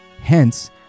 Hence